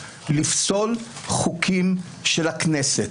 לפסול חוקים של הכנסת.